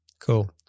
Cool